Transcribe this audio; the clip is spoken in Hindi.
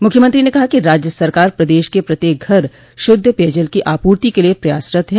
मुख्यमंत्री ने कहा कि राज्य सरकार प्रदेश के प्रत्येक घर शद्ध पेयजल की आपूर्ति के लिए प्रयासरत है